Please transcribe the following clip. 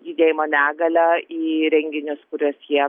judėjimo negalią į renginius kuriuos jie